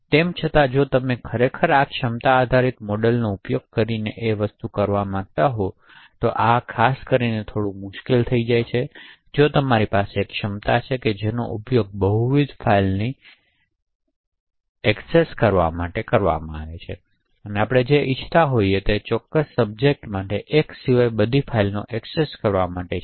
તેમ છતાં જો તમે ખરેખર ક્ષમતા આધાર મોડેલનો ઉપયોગ કરીને આ કરવા માંગો છો તો આ ખાસ કરીને થોડું મુશ્કેલ થઈ શકે છે જો તમારી પાસે એક ક્ષમતા છે જેનો ઉપયોગ બહુવિધ ફાઇલોની સેવા માટે કરવામાં આવે છે અને આપણે જે ઇચ્છતા હોઈએ છીએ તે ચોક્કસ સબજેક્ટ માટે એક સિવાય બધી ફાઇલોને એક્સેસ કરવા માટે છે